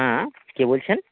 হ্যাঁ কে বলছেন